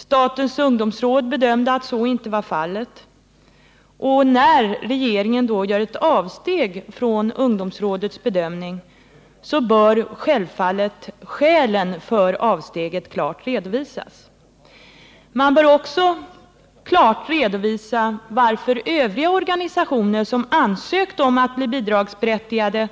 Statens ungdomsråd bedömde att så inte var fallet, och när regeringen då gör ett avsteg från ungdomsrådets bedömning bör självfallet skälen för avsteget klart redovisas. Man bör också klart redovisa varför det, beträffande övriga organisationer som ansökt om att bli bidragsberättigade